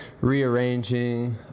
rearranging